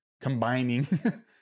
combining